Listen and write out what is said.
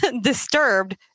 Disturbed